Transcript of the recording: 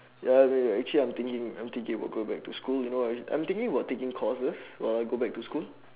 ya wait wait wait actually I'm thinking I'm thinking about going back to school you know I I'm thinking about taking courses while I go back to school